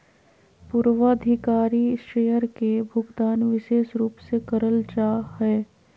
पूर्वाधिकारी शेयर के भुगतान विशेष रूप से करल जा हय